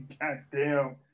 goddamn